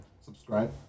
Subscribe